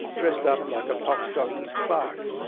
dressed up like a pox-doctor's clerk.